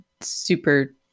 Super